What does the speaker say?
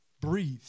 breathe